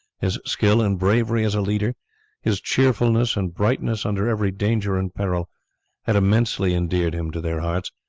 his skill and bravery as a leader his cheerfulness and brightness under every danger and peril had immensely endeared him to their hearts,